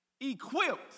equipped